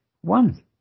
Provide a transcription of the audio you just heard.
one